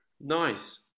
Nice